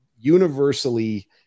universally